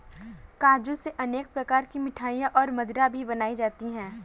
काजू से अनेक प्रकार की मिठाईयाँ और मदिरा भी बनाई जाती है